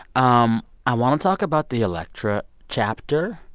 um i want to talk about the electra chapter.